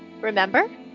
Remember